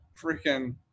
freaking